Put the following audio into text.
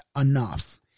enough